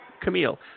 Camille